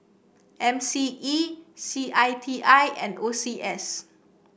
M C E C I T I and O C S